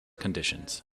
conditions